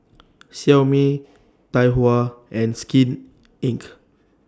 Xiaomi Tai Hua and Skin Inc